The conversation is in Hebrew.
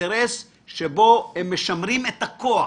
אינטרס שבו הם משמרים את הכוח.